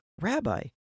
Rabbi